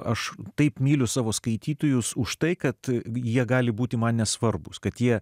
aš taip myliu savo skaitytojus už tai kad jie gali būti man nesvarbūs kad jie